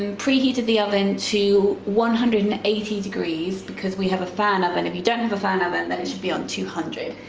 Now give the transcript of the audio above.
um preheated the oven to one hundred and eighty degrees because we have a fan oven, if you don't have a fan oven then it should be on two hundred.